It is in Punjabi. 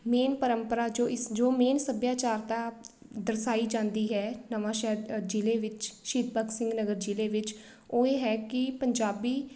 ਮੇਨ ਪਰੰਪਰਾ ਜੋ ਇਸ ਜੋ ਮੇਨ ਸੱਭਿਆਚਾਰਤਾ ਦਰਸਾਈ ਜਾਂਦੀ ਹੈ ਨਵਾਂ ਸ਼ਹਿਰ ਜ਼ਿਲ੍ਹੇ ਵਿੱਚ ਸ਼ਹੀਦ ਭਗਤ ਸਿੰਘ ਨਗਰ ਜ਼ਿਲ੍ਹੇ ਵਿੱਚ ਉਹ ਇਹ ਹੈ ਕਿ ਪੰਜਾਬੀ